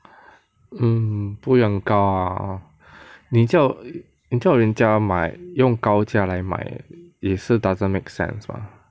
mm 不会很高 lah hor 你叫你叫人家买用高价来买也是 doesn't make sense mah